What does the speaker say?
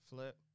Flip